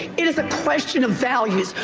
it is a question of values.